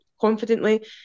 confidently